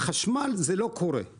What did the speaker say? בחשמל זה לא קורה.